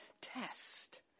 test